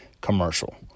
commercial